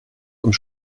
und